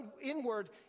inward